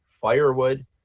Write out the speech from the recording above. firewood